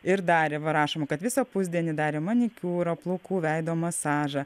ir darė va rašoma kad visą pusdienį darė manikiūrą plaukų veido masažą